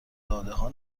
دادهها